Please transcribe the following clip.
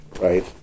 Right